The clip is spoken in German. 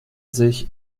sich